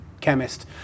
chemist